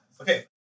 Okay